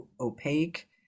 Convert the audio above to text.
opaque